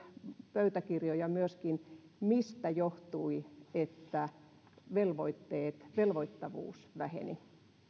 pöytäkirjoja myöskin mistä johtui että velvoittavuus väheni